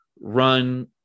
run